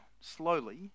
slowly